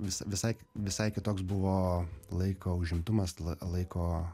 vis visai visai kitoks buvo laiko užimtumas laiko